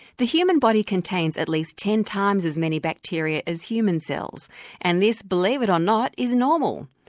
the human body contains at least ten times as many bacteria as human cells and this, believe it or not, is normal.